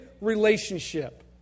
relationship